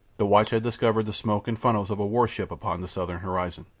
the watch had discovered the smoke and funnels of a warship upon the southern horizon.